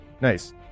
Nice